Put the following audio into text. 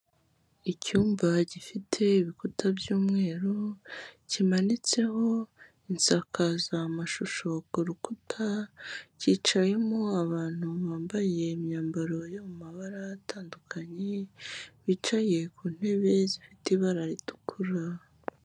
Icyumba gifite ibikuta by'umweru, kimanitseho insakazamashusho ku rukuta, cyicayemo abantu bambaye imyambaro yo mu mabara atandukanye, bicaye ku ntebe zifite ibara ritukura.